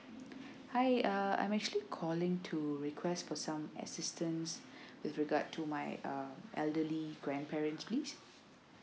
hi uh I'm actually calling to request for some assistance with regard to my um elderly grandparents please